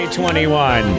2021